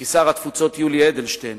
כי שר התפוצות יולי אדלשטיין